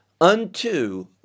unto